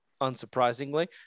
unsurprisingly